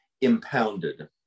impounded